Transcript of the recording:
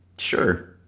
Sure